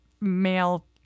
male